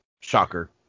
Shocker